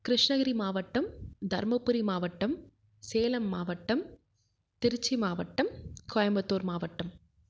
கிருஷ்ணகிரி மாவட்டம் தர்மபுரி மாவட்டம் சேலம் மாவட்டம் திருச்சி மாவட்டம் கோயம்புத்தூர் மாவட்டம்